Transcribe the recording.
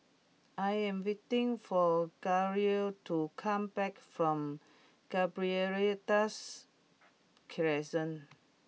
I am waiting for Garel to come back from Gibraltar Crescent